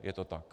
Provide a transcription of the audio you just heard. Je to tak?